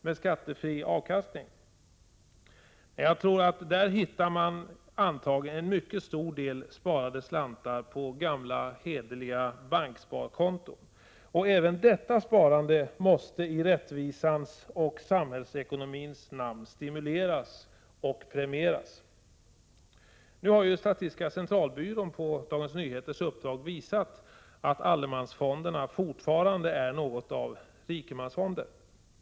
med skattefri avkastning! Nej, där hittar man antagligen en mycket stor del sparade slantar på gamla hederliga banksparkonton. Även detta sparande måste i rättvisans och samhällsekonomins namn stimuleras och premieras. Nu har statistiska centralbyrån på Dagens Nyheters uppdrag visat att allemansfonderna fortfarande är något av rikemansfonder.